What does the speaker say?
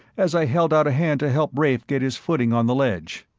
as i held out a hand to help rafe get his footing on the ledge.